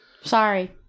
Sorry